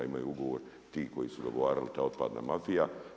Imaju ugovor ti koji su dogovarali, ta otpadna mafija.